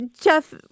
Jeff